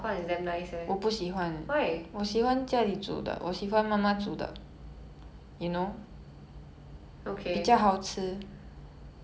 okay no okay but the the one that you cook at home is like the veggie style of fried rice but Din Tai Fung one is the shrimp